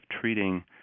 treating